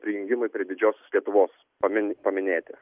prijungimui prie didžiosios lietuvos paminėti